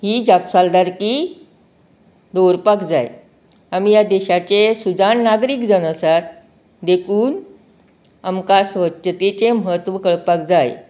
ही जापसालदारकी दवरपाक जाय आमी ह्या देशाचे सुजाण नागरीक जावन आसात देखून आमकां स्वच्छतेचें म्हत्व कळपाक जाय